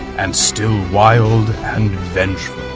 and still wild and vengeful.